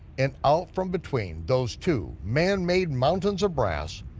and out from between those two manmade mountains of brass,